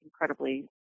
incredibly